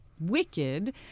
wicked